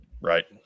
right